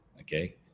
okay